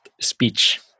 speech